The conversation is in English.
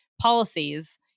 policies